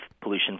pollution